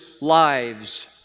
lives